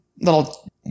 little